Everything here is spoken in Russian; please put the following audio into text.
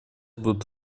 будут